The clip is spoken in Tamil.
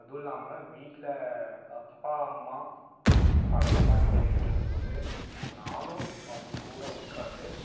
அதுவும் இல்லாமல் வீட்டில் அப்பா அம்மா பழைய பாட்டு கேட்டுகிட்ருக்கும்போது நானும் அவங்க கூட உட்காந்து